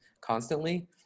constantly